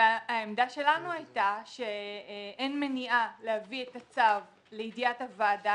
והעמדה שלנו הייתה שאין מניעה להביא את הצו לידיעת הוועדה